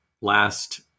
last